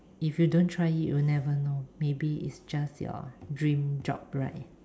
if you don't try it you will never know maybe it's just your dream job right